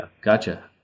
Gotcha